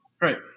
Right